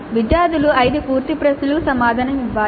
విద్యార్థులు 5 పూర్తి ప్రశ్నలకు సమాధానం ఇవ్వాలి